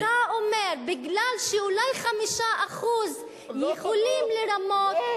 אתה אומר: מכיוון שאולי 5% יכולים לרמות,